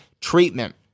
treatment